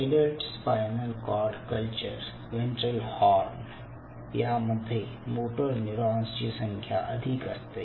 adult spinal cord culture ventral horn यामध्ये motor neurons ची संख्या अधिक असते